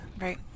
right